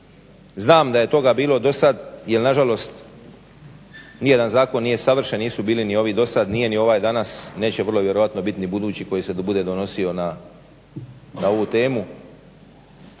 Znam da je toga bilo do sad, jer na žalost ni jedan zakon nije savršen, nisu bili ni ovi do sad, nije ni ovaj danas, neće vrlo vjerojatno biti ni budući koji se bude donosio na ovu temu.